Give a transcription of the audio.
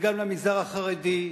וגם למגזר החרדי,